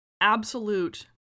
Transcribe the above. absolute